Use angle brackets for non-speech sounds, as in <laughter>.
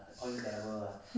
<noise>